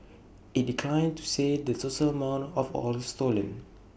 IT declined to say the total amount of oil stolen